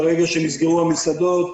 ברגע שנסגרו המסעדות,